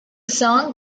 song